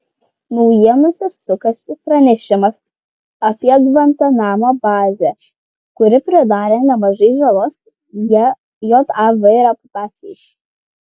naujienose sukasi pranešimas apie gvantanamo bazę kuri pridarė nemažai žalos jav reputacijai